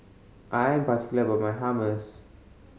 I am particular about my Hummus